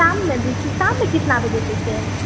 शाममे भी छै शाममे कितना बजेसँ छै